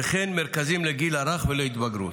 וכן מרכזים לגיל הרך ולהתבגרות.